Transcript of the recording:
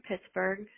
Pittsburgh